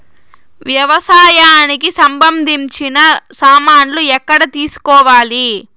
వ్యవసాయానికి సంబంధించిన సామాన్లు ఎక్కడ తీసుకోవాలి?